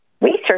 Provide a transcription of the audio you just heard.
research